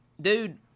dude